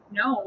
no